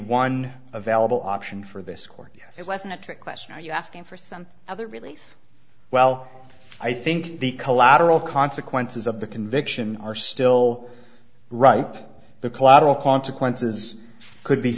one available option for this court it wasn't a trick question are you asking for some other relief well i think the collateral consequences of the conviction are still right the collateral consequences could be